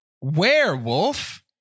Werewolf